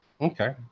Okay